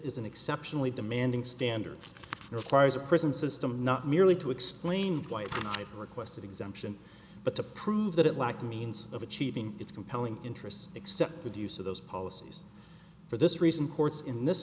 is an exceptionally demanding standard requires a prison system not merely to explain why i requested exemption but to prove that it lacked the means of achieving its compelling interests except for the use of those policies for this reason courts in this